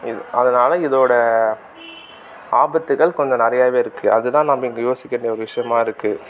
அதனால் இதோடய ஆபத்துகள் கொஞ்சம் நிறையாவே இருக்குது அதுதான் நம்ம இங்கே யோசிக்க வேண்டிய விஷயமா இருக்குது